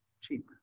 cheap